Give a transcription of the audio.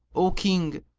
o king,